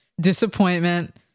disappointment